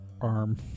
arm